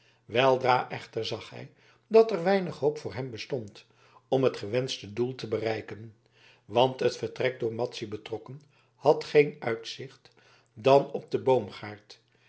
weldra echter zag hij dat er weinig hoop voor hem bestond om het gewenschte doel te bereiken want het vertrek door madzy betrokken had geen uitzicht dan op den boomgaard